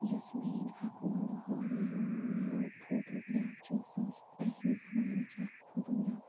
یۄس میٛٲنۍ اَکھ اوٚلڈ یہِ فوٹوٗ گرٛاف چھِ سۅ ٲسۍ پرٛانہِ زمانٕچ اَکھ فوٹوٗ گرٛاف